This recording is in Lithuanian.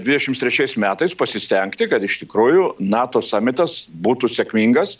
dvidešimt trečiais metais pasistengti kad iš tikrųjų nato samitas būtų sėkmingas